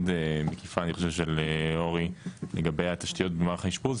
מקיפה בעיקר של אורי לגבי התשתיות במערך האשפוז,